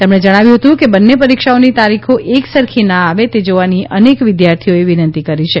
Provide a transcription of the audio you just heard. તેમણે જણાવ્યું હતું કે આ બંનેપરીક્ષાઓની તારીખો એક સરખી ના આવે તે જોવાની અનેક વિદ્યાર્થીઓએ વિનંતી કરી છે